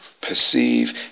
perceive